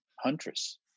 Huntress